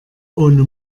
ohne